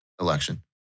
election